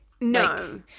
No